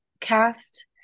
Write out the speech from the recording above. cast